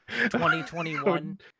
2021